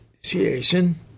Association